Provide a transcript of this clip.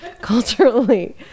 Culturally